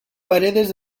paredes